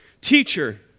teacher